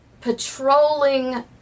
patrolling